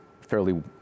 fairly